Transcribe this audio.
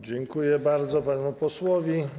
Dziękuję bardzo panu posłowi.